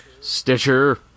Stitcher